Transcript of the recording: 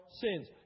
sins